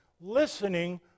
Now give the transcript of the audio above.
listening